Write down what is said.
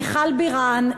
מיכל בירן,